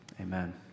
Amen